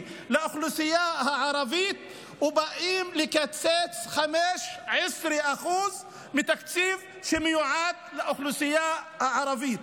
לאוכלוסייה הערבית ובאים לקצץ 15% מתקציב שמיועד לאוכלוסייה הערבית?